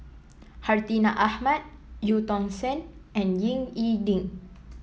Hartinah Ahmad Eu Tong Sen and Ying E Ding